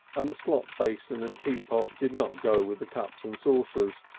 and the slop basin and teapot did not go with the cups and saucers,